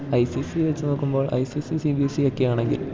I C S C വെച്ചു നോക്കുമ്പോൾ I C S C C B S C ഒക്കെ ആണെങ്കിൽ